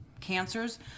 cancers